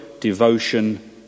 devotion